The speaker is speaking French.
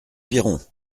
piron